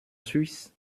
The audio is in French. suisse